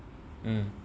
mmhmm